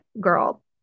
girl